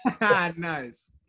nice